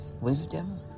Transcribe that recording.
Wisdom